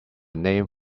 name